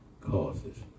causes